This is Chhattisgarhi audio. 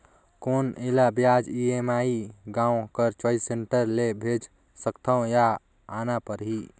कौन एला ब्याज ई.एम.आई गांव कर चॉइस सेंटर ले भेज सकथव या आना परही?